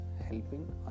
helping